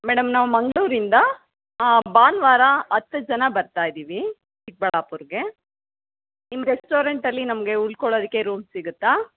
madam ನಾವು ಮಂಗಳೂರಿಂದ ಭಾನುವಾರ ಹತ್ತು ಜನ ಬರ್ತಾ ಇದ್ದೀವಿ ಚಿಕ್ಕಬಳ್ಳಾಪುರ್ಗೆ ನಿಮ್ಮ ರೆಸ್ಟೋರೆಂಟಲ್ಲಿ ನಮಗೆ ಉಳ್ಕೊಳ್ಳೋದಿಕ್ಕೆ ರೂಮ್ ಸಿಗುತ್ತಾ